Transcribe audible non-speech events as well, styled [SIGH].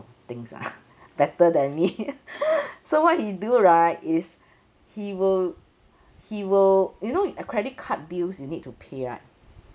things ah better than me [LAUGHS] so what he do right is he will he will you know a credit card bills you need to pay right